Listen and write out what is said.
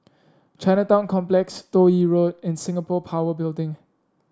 Chinatown Complex Toh Yi Road and Singapore Power Building